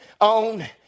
on